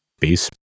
Peace